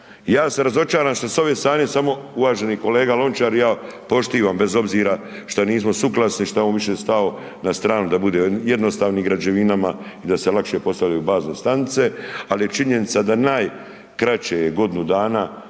Ja sam razočaran što s ove strane, samo uvaženi kolega Lončar i ja, poštivam, bez obzira što nismo suglasni, što je on više stao na stranu da bude jednostavni građevinama i da se lakše postavljaju bazne stanice, ali je činjenica da najkraće godinu dana